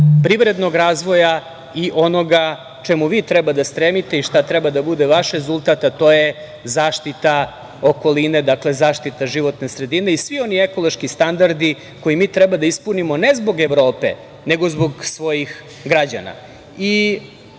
privrednog razvoja i onoga čemu vi treba da stremite i šta treba da bude vaš rezultat, a to je zaštita okoline, dakle, zaštita životne sredine i svi oni ekološki standardi koje mi treba da ispunimo, ne zbog Evrope, nego zbog svojih građana. Moram